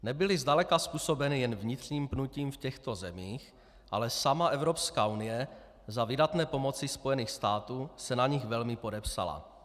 Nebyly zdaleka způsobeny jen vnitřním pnutím v těchto zemích, ale sama Evropská unie za vydatné pomoci Spojených států se na nich velmi podepsala.